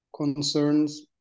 concerns